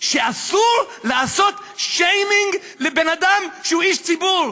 שאסור לעשות שיימינג לבן אדם שהוא איש ציבור?